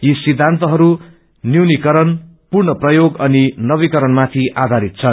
यी सिद्धान्तहरू न्यूनीकरण पुनर्प्रयोग अनि नवीकरणमाथि आधारित छन्